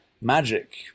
magic